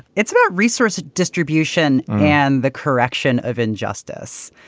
it's not resource distribution and the correction of injustice.